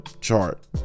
chart